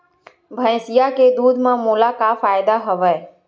भैंसिया के दूध म मोला का फ़ायदा हवय?